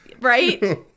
Right